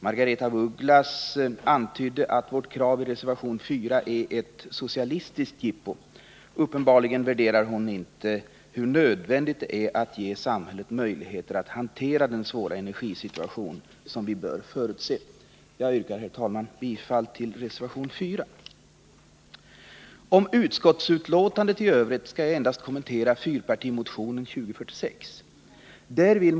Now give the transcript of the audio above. Margaretha af Ugglas antydde att vårt krav i reservation 4 är ett socialistiskt jippo. Uppenbarligen inser hon inte hur nödvändigt det är att vi ger samhället möjligheter att hantera den svåra energisituation som vi bör förutse. Jag yrkar, herr talman, bifall till reservation nr 4. När det gäller utskottsbetänkandet i övrigt skall jag endast kommentera fyrpartimotionen 1979/80:2046.